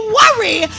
worry